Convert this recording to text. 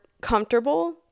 comfortable